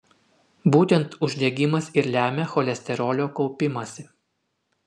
būtent uždegimas ir lemia cholesterolio kaupimąsi